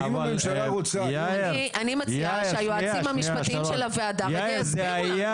אני מציעה שהיועצים המשפטיים של הוועדה יסבירו לנו.